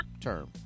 term